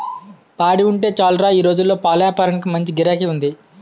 పాడి ఉంటే సాలురా ఈ రోజుల్లో పాలేపారానికి మంచి గిరాకీ ఉంది